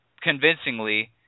convincingly